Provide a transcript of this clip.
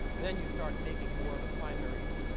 then you start making more of the primaries,